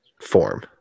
form